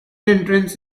entrance